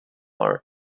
art